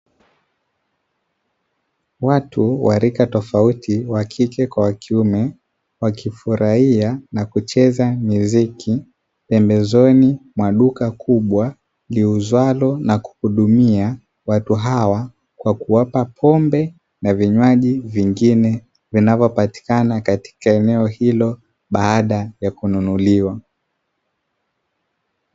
Watu wa rika tofauti wakike kwa wakiume wakifurahia na kucheza miziki pembezoni mwa duka kubwa, liuzalo na kuhudumia watu hawa kwa kuwapa pombe na vinywaji vingine vinavyopatikana katika eneo hilo baada ya kununuliwa.